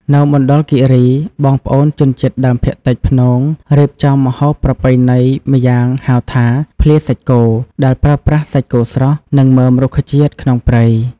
នៅមណ្ឌលគិរី បងប្អូនជនជាតិដើមភាគតិចព្នង រៀបចំម្ហូបប្រពៃណីម្យ៉ាងហៅថា 'ភ្លាសាច់គោ' ដែលប្រើប្រាស់សាច់គោស្រស់ និងមើមរុក្ខជាតិក្នុងព្រៃ។